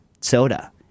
soda